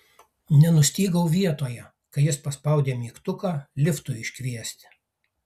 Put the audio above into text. nenustygau vietoje kai jis paspaudė mygtuką liftui iškviesti